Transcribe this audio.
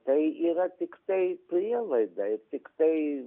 tai yra tiktai prielaida ir tiktai